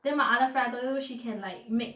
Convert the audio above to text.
then my other friend I told you she can like make